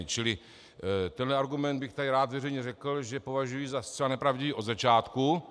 Čili tento argument bych tady rád veřejně řekl, že považuji za zcela nepravdivý od začátku.